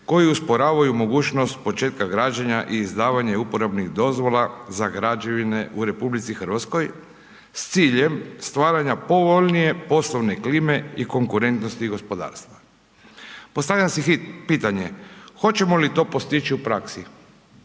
koji usporavaju mogućnost početka građenje i izdavanje uporabnih dozvola za građevina u RH, s ciljem stvaranja povoljnije, poslovne klime i konkurentnosti gospodarstva. Postavljam si pitanje, hoćemo li to postići u praski?